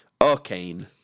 arcane